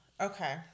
okay